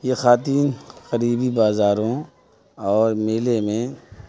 یہ خواتین قریبی بازاروں اور میلے میں